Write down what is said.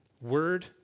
Word